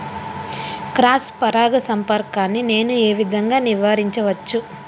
Cross పరాగ సంపర్కాన్ని నేను ఏ విధంగా నివారించచ్చు?